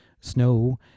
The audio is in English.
snow